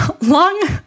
long